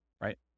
right